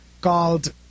called